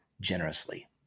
generously